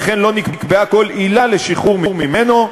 וכן לא נקבעה כל עילה לשחרור ממנו.